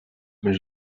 més